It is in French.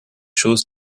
chose